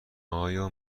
آیا